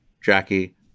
Jackie